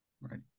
Right